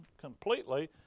completely